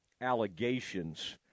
allegations